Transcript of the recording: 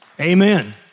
Amen